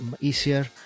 easier